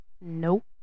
Nope